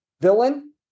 villain